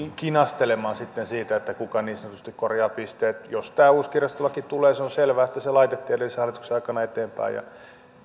kinastelemaan siitä kuka niin sanotusti korjaa pisteet jos tämä uusi kirjastolaki tulee se on selvä että se laitettiin edellisen hallituksen aikana eteenpäin ja